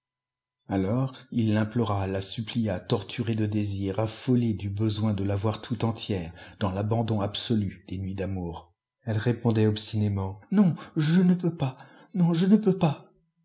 alors il l'implora la supplia torturé de désirs affolé du besoin de l'avoir tout entière dans l'abandon absolu des nuits d'amour elle répondait obstinément non je ne peux pas non je ne peux pas